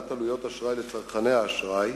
על בשרם,